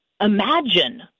imagine